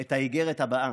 את האיגרת הבאה: